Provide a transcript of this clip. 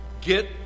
Get